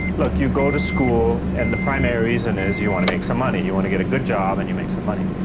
look, you go to school and the primary reason is you want to make some money, you want to get a good job and you make some money.